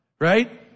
right